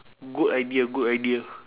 good idea good idea